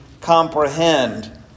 comprehend